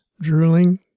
drooling